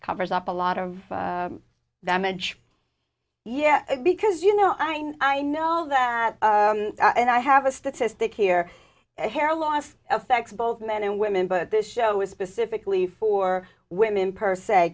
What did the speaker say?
covers up a lot of damage yeah because you know i know i know that and i have a statistic here hair loss affects both men and women but this show is specifically for women per se